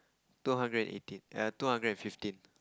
two hundred and eighteen err two hundred and fifteen